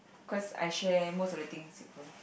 cause I share most of the things with her